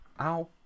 ow